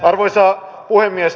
arvoisa puhemies